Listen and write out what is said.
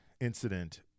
incident